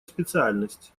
специальность